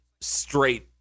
straight